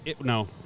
No